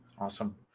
Awesome